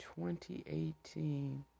2018